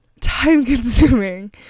time-consuming